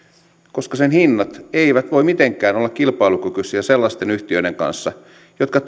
koska sen hinnat eivät voi mitenkään olla kilpailukykyisiä sellaisten yhtiöiden kanssa jotka